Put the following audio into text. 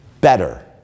better